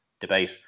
debate